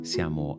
Siamo